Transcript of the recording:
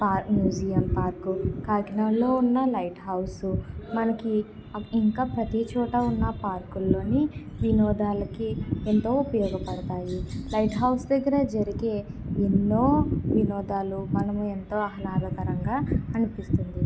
పా museum park కాకినాడలో ఉన్న లైట్హౌస్ మనకి ఇంకా ప్రతీ చోట ఉన్న పార్కుల్లోని వినోదాలకు ఎంతో ఉపయోగపడతాయి లైట్హౌస్ దగ్గర జరిగే ఎన్నో వినోదాలు మనం ఎంతో ఆహ్లాదకరంగా అనిపిస్తుంది